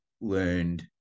learned